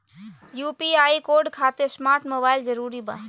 UPI code खातिर smart mobile जरूरी बा?